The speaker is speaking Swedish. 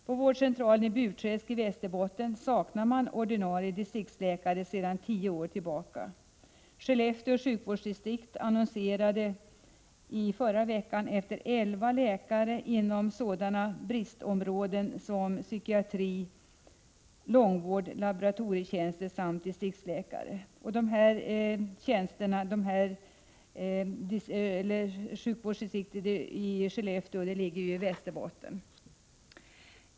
På vårdcentralen i Burträsk i Västerbotten saknar man ordinarie distriktsläkare sedan tio år tillbaka. Skellefteå sjukvårdsdistrikt annonserade i förra veckan efter elva läkare inom sådana bristområden som psykiatri, långvård, laboratorietjänst samt distriktsläkarbefattningar. Skellefteå sjukvårdsdistrikt ligger i Västerbotten.